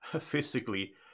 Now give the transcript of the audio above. physically